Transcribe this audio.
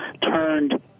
turned